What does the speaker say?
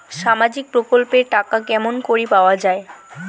সামাজিক প্রকল্পের টাকা কেমন করি পাওয়া যায়?